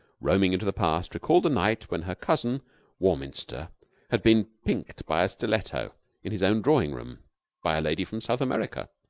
roaming into the past, recalled the night when her cousin warminster had been pinked by a stiletto in his own drawing-room by a lady from south america.